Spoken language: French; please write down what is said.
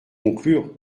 conclure